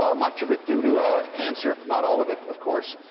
ah much of it due to cancer, but not all of it, of course,